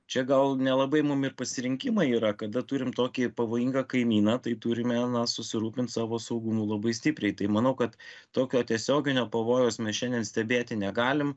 čia gal nelabai mum ir pasirinkimai yra kada turime tokį pavojingą kaimyną tai turime susirūpint savo saugumu labai stipriai tai manau kad tokio tiesioginio pavojaus mes šiandien stebėti negalim